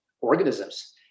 organisms